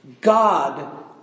God